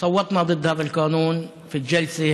הצבענו נגד החוק הזה בישיבה.